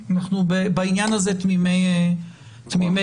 בעניין הזה אנחנו תמימי דעים.